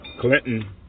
Clinton